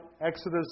Exodus